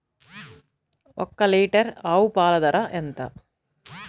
ఒక్క లీటర్ ఆవు పాల ధర ఎంత?